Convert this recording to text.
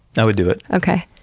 i would do it. okay.